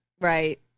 right